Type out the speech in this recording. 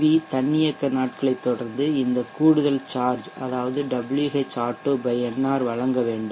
we தன்னியக்க நாட்களைத் தொடர்ந்து இந்த கூடுதல் சார்ஜ் அதாவது Whauto nr வழங்க வேண்டும்